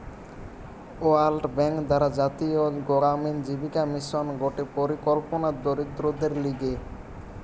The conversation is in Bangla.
ওয়ার্ল্ড ব্যাঙ্ক দ্বারা জাতীয় গড়ামিন জীবিকা মিশন গটে পরিকল্পনা দরিদ্রদের লিগে